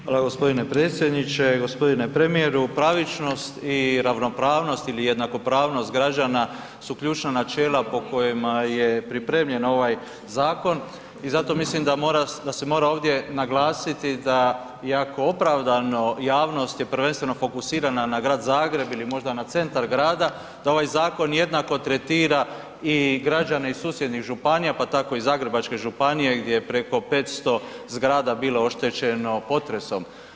Hvala g. predsjedniče, g. premijeru, pravičnost i ravnopravnost ili jednakopravnost građana su ključna načela po kojima je pripremljen ovaj zakon i zato mislim da mora, da se mora ovdje naglasiti da iako opravdano, javnost je prvenstveno fokusirana na grad Zagreb ili možda na centar grada, da ovaj zakon jednako tretira i građane susjednih županija, pa tako i Zagrebačke županije gdje je preko 500 zgrada bilo oštećeno potresom.